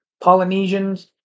Polynesians